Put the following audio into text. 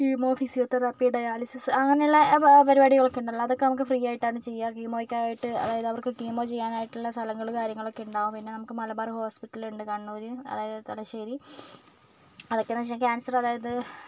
chemo physiotherapy dialysis അങ്ങനെയുള്ള പരിപാടികള് ഒക്കെ ഉണ്ടല്ലോ അതൊക്കെ നമുക്ക് ഫ്രീ ആയിട്ടാണ് ചെയ്യുക കീമോയ്ക്കായിട്ട് കീമോ ചെയ്യാനായിട്ടുള്ള സ്ഥലങ്ങൾ കാര്യങ്ങൾ ഒക്കെയുണ്ടാകും പിന്നെ നമുക്ക് മലബാര് ഹോസ്പിറ്റലിൽ ഉണ്ട് കണ്ണൂർ അതായത് തലശ്ശേരി അതൊക്കെയെന്നു വെച്ചാൽ ക്യാന്സര് അതായത്